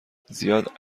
زیاد